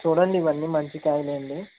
చూడండి ఇవన్నీ మంచి కాయలు అండి